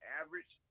average